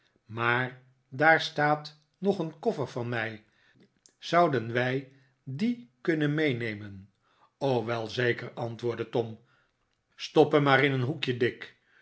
maar daar staat nog een koffer van mij zouden wij dien kunnen meenemen wel zeker antwoordde tom stop hem maar in een hoekje dick